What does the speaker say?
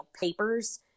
papers